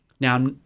Now